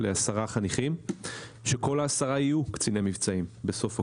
לעשרה חניכים שכל העשרה יהיו קציני מבצעים בסוף הקורס,